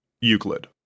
Euclid